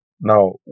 now